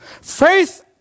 Faith